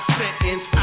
sentence